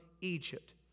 Egypt